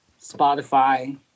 Spotify